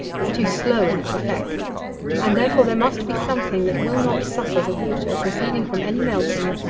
is too slow in its effect and therefore there must be something that will not suffer the water proceeding from any melting,